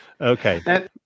Okay